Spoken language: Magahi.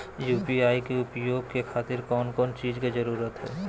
यू.पी.आई के उपयोग के खातिर कौन कौन चीज के जरूरत है?